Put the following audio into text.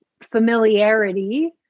familiarity